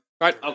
right